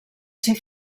ser